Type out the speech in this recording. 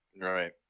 Right